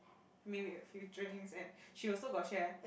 maybe a few drinks and she also got share